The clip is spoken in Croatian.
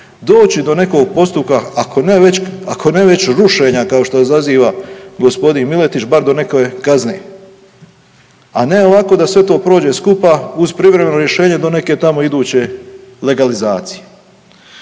doći do nekog postupka ako ne već, ako ne već rušenja kao što izaziva gospodin Miletić bar do neke kazne, a ne ovako da sve to prođe skupa uz privremeno rješenje do neke tamo iduće legalizacije.